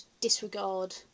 disregard